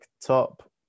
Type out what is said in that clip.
top